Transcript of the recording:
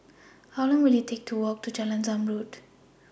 How Long Will IT Take to Walk to Jalan Zamrud